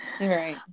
right